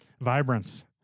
vibrance